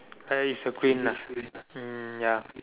uh is a green ah um ya